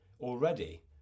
already